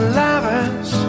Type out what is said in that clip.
lovers